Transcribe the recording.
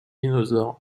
dinosaures